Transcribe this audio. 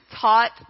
taught